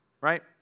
right